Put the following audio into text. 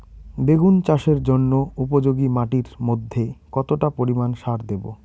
বেগুন চাষের জন্য উপযোগী মাটির মধ্যে কতটা পরিমান সার দেব?